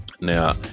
Now